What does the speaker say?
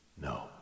No